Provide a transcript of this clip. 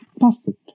perfect